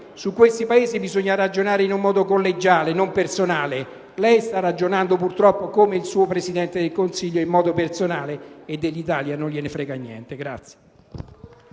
con questi Paesi, bisogna ragionare in modo collegiale e non personale: lei sta ragionando, purtroppo, come fa il suo Presidente del Consiglio, in modo personale, e dell'Italia non gliene frega niente.